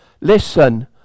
Listen